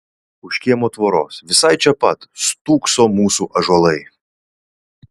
už kiemo tvoros visai čia pat stūkso mūsų ąžuolai